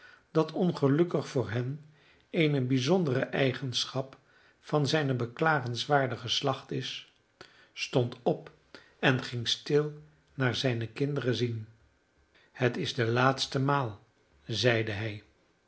dat ongelukkig voor hen eene bijzondere eigenschap van zijn beklagenswaardig geslacht is stond op en ging stil naar zijne kinderen zien het is de laatste maal zeide hij